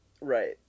Right